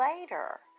later